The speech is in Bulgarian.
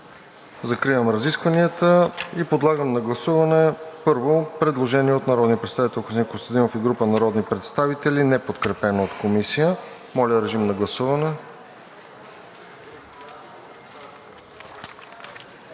Закривам разискванията. Подлагам на гласуване първо предложението от народния представител Костадин Костадинов и група народни представители, неподкрепено от Комисията. Гласували